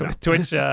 Twitch